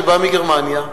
שבא מגרמניה.